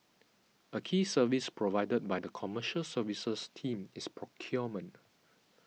a key service provided by the Commercial Services team is procurement